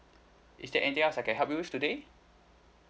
is there anything else I can help you with today